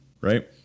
right